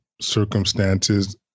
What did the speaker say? circumstances